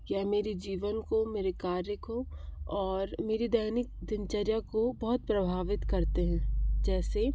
यह मेरी जीवन को मेरे कार्य को और मेरे दैनिक दिनचर्या को बहुत प्रभावित करते हैं जैसे